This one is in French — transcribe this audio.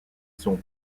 sont